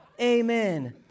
amen